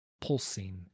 pulsing